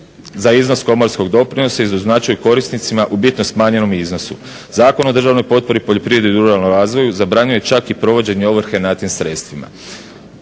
za iznos komorskog doprinosa i doznačuju korisnicima u bitno smanjenom iznosu. Zakon o državnoj potpori poljoprivredi i ruralnom razvoju zabranjuje čak i provođenje ovrhe nad tim sredstvima.